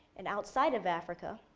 and outside of africa,